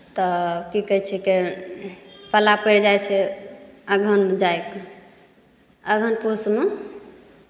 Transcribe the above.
तऽ की कहै छिकै पाला पैरि जाइ छै अगहनमे जाइ कऽ अगहन पूसमे